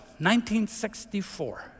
1964